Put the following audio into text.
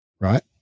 right